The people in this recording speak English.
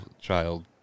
child